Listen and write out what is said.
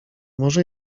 może